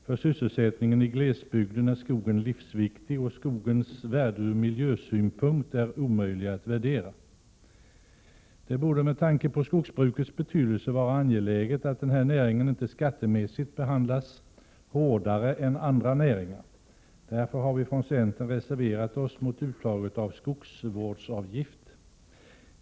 För sysselsättningen i glesbygd är skogen livsviktig och skogens värde ur miljösynpunkt är omöjligt att uppskatta. Det borde med tanke på skogsbrukets betydelse vara angeläget, att denna näring inte skattemässigt behandlas hårdare än andra näringar. Därför har vi från centern reserverat oss mot uttaget av skogsvårdsavgift.